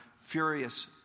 furious